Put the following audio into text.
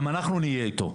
גם אנחנו נהיה איתו.